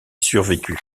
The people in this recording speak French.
survécu